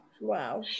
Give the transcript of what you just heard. Wow